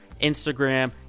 Instagram